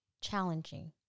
challenging